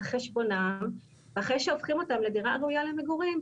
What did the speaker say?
חשבונם ואחרי שהופכים אותם לדירה ראיה למגורים,